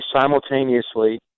simultaneously